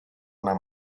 una